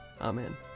Amen